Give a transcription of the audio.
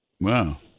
Wow